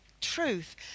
truth